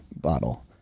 bottle